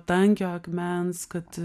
tankio akmens kad